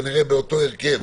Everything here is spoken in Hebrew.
כנראה באותו הרכב,